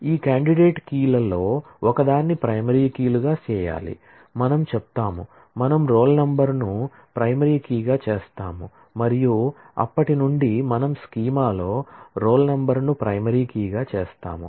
ఈ candidate key ను primary కీగా చేస్తాము మరియు అప్పటి నుండి మనం స్కీమాలో రోల్ నంబర్ను ప్రైమరీ కీగా చేస్తాము